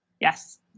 Yes